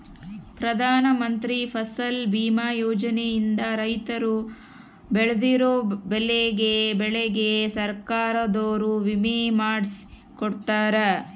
ಪ್ರಧಾನ ಮಂತ್ರಿ ಫಸಲ್ ಬಿಮಾ ಯೋಜನೆ ಇಂದ ರೈತರು ಬೆಳ್ದಿರೋ ಬೆಳೆಗೆ ಸರ್ಕಾರದೊರು ವಿಮೆ ಮಾಡ್ಸಿ ಕೊಡ್ತಾರ